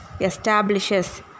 establishes